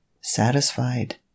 satisfied